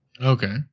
Okay